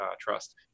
Trust